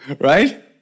right